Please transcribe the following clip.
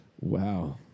Wow